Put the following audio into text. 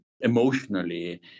emotionally